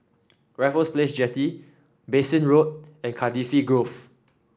Raffles Place Jetty Bassein Road and Cardifi Grove